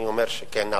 אני אומר שכן נעשו.